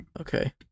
Okay